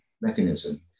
mechanism